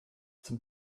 zum